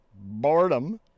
boredom